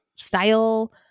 Style